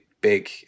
big